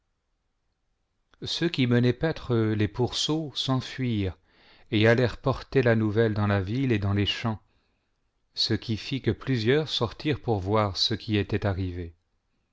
ceux qui menaient paître les pourceaux s'enfuirent et allèrent porter la nouvelle dans la ville et dans les champs ce qui fit que plusieurs sortirent pour voir ce qui était